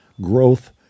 growth